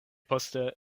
poste